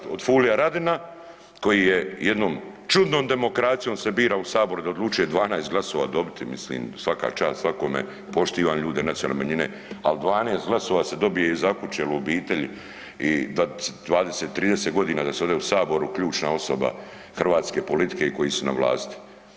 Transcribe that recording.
od Furia Radina koji se jednom čudnom demokracijom se bira u sabor da odlučuje 12 glasova dobiti, mislim svaka čast svakome poštivam ljude nacionalne manjine, ali 12 glasova se dobije iza kuće u obitelji i da 20-30 godina da si ovdje u saboru ključna osoba hrvatske politike i koji su na vlasti.